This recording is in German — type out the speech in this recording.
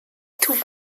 tut